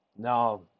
Now